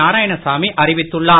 நாராயணசாமி அறிவித்துள்ளார்